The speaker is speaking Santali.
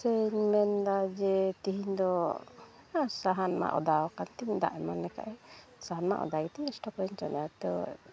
ᱥᱮ ᱢᱮᱱᱫᱟ ᱡᱮ ᱛᱤᱦᱤᱧᱫᱚ ᱥᱟᱦᱟᱱ ᱢᱟ ᱚᱫᱟᱣ ᱟᱠᱟᱱᱛᱤᱧ ᱫᱟᱜ ᱮᱢᱟᱱᱞᱮ ᱠᱷᱟᱡᱼᱮ ᱥᱟᱦᱟᱱ ᱢᱟ ᱚᱫᱟᱜᱮᱛᱤᱧ ᱥᱴᱵᱷᱨᱮᱧ ᱪᱚᱸᱫᱟᱭᱟ ᱛᱚ